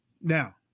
now